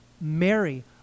Mary